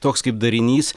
toks kaip darinys